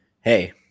Hey